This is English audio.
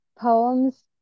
poems